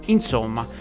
Insomma